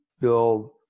build